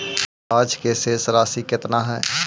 आज के शेष राशि केतना हई?